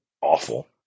awful